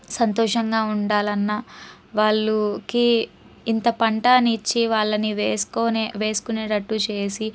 సంతోషంగా ఉండాలన్న వాళ్ళకి ఇంతపంట అని ఇచ్చి వాళ్ళని వేసుకొనే వేసుకునేటట్టు చేసి